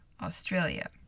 Australia